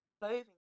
clothing